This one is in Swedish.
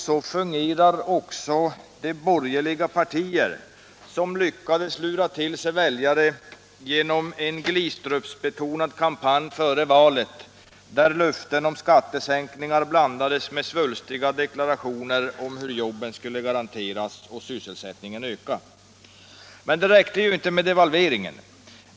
Så fungerar också de borgerliga partier som lyckades lura till sig väljare genom en Glistrupsbetonad kampanj före valet, där löften om skattesänkningar blandades med svulstiga deklarationer om hur jobben skulle garanteras och sysselsättningen öka. Men det räckte inte med devalveringen.